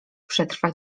przetrwa